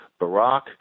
Barack